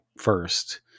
first